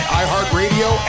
iHeartRadio